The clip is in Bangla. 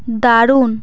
দারুণ